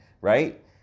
Right